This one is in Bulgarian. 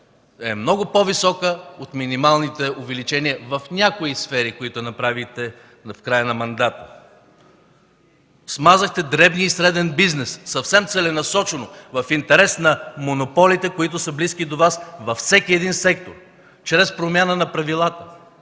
е много по-висока от минималните увеличения в някои сфери, които направихте в края на мандата. Смазахте дребния и среден бизнес съвсем целенасочено, в интерес на монополите, които са близки до Вас във всеки един сектор, чрез промяна на правилата.